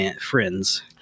friends